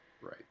Right